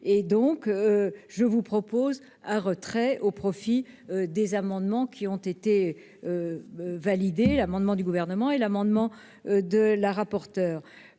et donc je vous propose un retrait au profit des amendements qui ont été validé l'amendement du gouvernement et l'amendement de la rapporteure